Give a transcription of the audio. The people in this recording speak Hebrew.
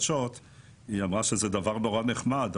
שזה דבר נורא נחמד,